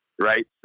Right